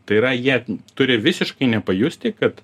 tai yra jie turi visiškai nepajusti kad